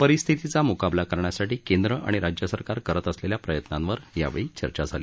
परिस्थितीचा म्काबला करण्यासाठी केंद्र आणि राज्य सरकारकरत असलेल्या प्रयत्नावर चर्चा झाली